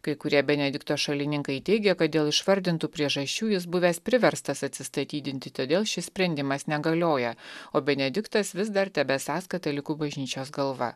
kai kurie benedikto šalininkai teigia kad dėl išvardintų priežasčių jis buvęs priverstas atsistatydinti todėl šis sprendimas negalioja o benediktas vis dar tebesąs katalikų bažnyčios galva